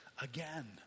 again